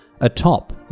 atop